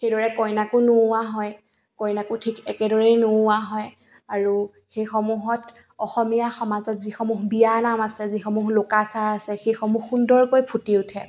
সেইদৰে কইনাকো নুওৱা হয় কইনাকো ঠিক একেদৰেই নুওৱা হয় আৰু সেইসমূহত অসমীয়া সমাজত যিসমূহ বিয়ানাম আছে যিসমূহ লোকাচাৰ আছে সেইসমূহ সুন্দৰকৈ ফুটি উঠে